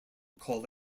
call